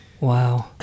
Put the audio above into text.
Wow